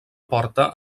porta